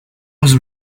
was